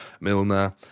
Milner